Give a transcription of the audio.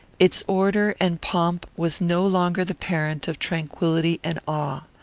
its order and pomp was no longer the parent of tranquillity and awe.